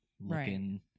looking